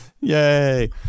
Yay